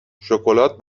شکلات